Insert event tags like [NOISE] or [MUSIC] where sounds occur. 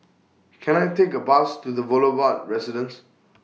Can I Take A Bus to The [UNINTELLIGIBLE] Residence